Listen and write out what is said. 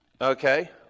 Okay